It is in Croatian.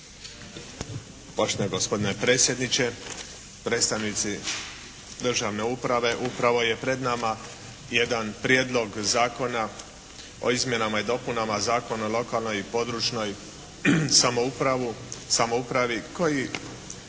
Poštovani gospodine predsjedniče, predstavnici državne uprave. Upravo je pred nama jedan Prijedlog Zakona o izmjenama i dopunama Zakona o lokalnoj i područnoj samoupravi koji